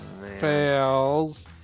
fails